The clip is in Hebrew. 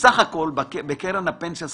בסך הכל בקרן הפנסיה ספיר,